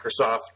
Microsoft